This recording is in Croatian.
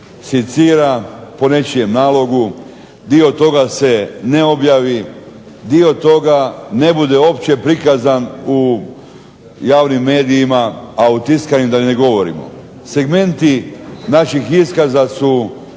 izsicira po nečijem nalogu, dio toga se ne objavi, dio toga ne bude uopće prikazan u javnim medijima, a o tiskanim da ni ne govorimo. Segmenti naših iskaza su